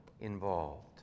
involved